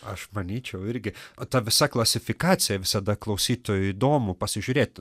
aš manyčiau irgi o ta visa klasifikacija visada klausytojui įdomu pasižiūrėti